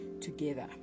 together